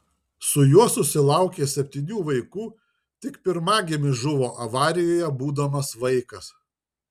su juo susilaukė septynių vaikų tik pirmagimis žuvo avarijoje būdamas vaikas